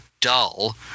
dull